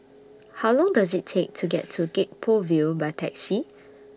How Long Does IT Take to get to Gek Poh Ville By Taxi